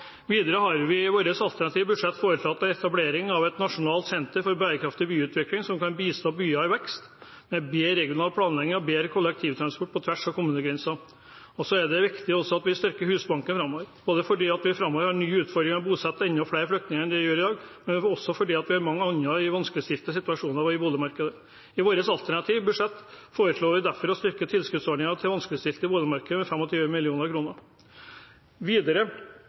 Videre har vi i vårt alternative budsjett foreslått etablering av et nasjonalt senter for bærekraftig byutvikling som kan bistå byer i vekst med bedre regional planlegging av bedre kollektivtransport på tvers av kommunegrenser. Så er det viktig at vi også styrker Husbanken framover, både fordi vi framover har en ny utfordring i å bosette enda flere flyktninger enn vi gjør i dag, og fordi vi har mange andre i vanskeligstilte situasjoner i boligmarkedet. I vårt alternative budsjett foreslår vi derfor å styrke tilskuddsordningen til vanskeligstilte i boligmarkedet med 25 mill. kr. Videre